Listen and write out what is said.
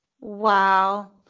Wow